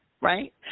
right